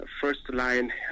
first-line